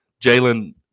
Jalen